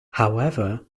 however